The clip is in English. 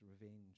revenge